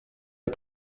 des